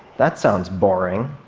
that sounds boring.